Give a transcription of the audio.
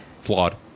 Flawed